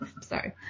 Sorry